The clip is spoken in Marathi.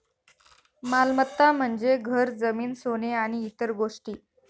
मालमत्ता म्हणजे घर, जमीन, सोने आणि इतर गोष्टी